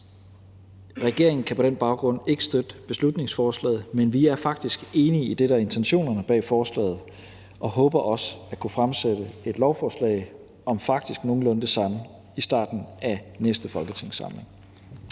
Regeringen kan på den baggrund ikke støtte beslutningsforslaget, men vi er faktisk enige i det, der er intentionerne bag forslaget, og håber også at kunne fremsætte et lovforslag om faktisk nogenlunde det samme i starten af næste folketingssamling.